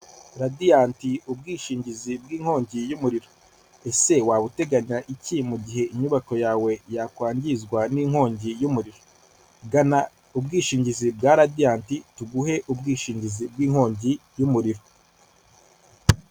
Radianti ubwishingizi bw'inkongi y'umuriro. Ese waba uteganya iki mu gihe inyubako yawe yakwangizwa n'inkongi y' umuriro? Gana ubwishingizi bwa radiyant tuguhe ubwishingizi bw'inkongi yumuriro.